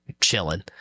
chilling